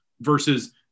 versus